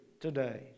today